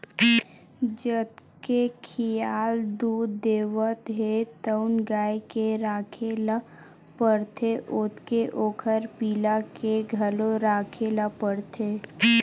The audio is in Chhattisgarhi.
जतके खियाल दूद देवत हे तउन गाय के राखे ल परथे ओतके ओखर पिला के घलो राखे ल परथे